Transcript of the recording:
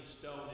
stone